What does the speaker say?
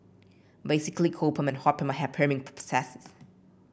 basically cold perm and hot perm hair perming processes